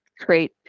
create